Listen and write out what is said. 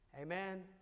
Amen